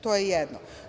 To je jedno.